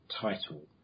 title